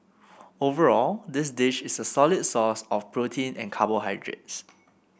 overall this dish is a solid source of protein and carbohydrates